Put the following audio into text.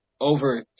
over